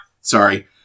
Sorry